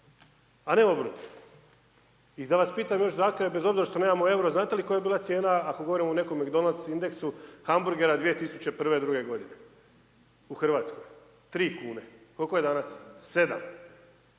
a ne obrnuto. I da vas pitam još zakraj bez obzira što nemamo EUR-o znate li koja je bila cijena u nekom MacDonalds indexu hamburgera 2002. godine u Hrvatskoj? 3 kune, koliko je danas 7.